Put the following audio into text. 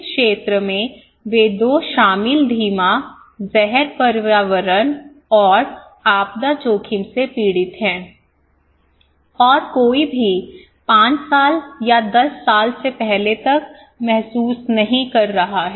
इस क्षेत्र में वे 2 विशाल धीमा जहर पर्यावरण और आपदा जोखिम से पीड़ित है और कोई भी 5 साल या 10 साल से पहले तक महसूस नहीं कर रहा है